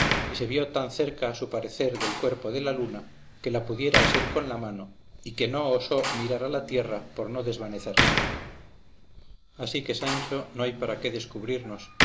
y se vio tan cerca a su parecer del cuerpo de la luna que la pudiera asir con la mano y que no osó mirar a la tierra por no desvanecerse así que sancho no hay para qué descubrirnos